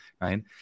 right